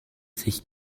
sich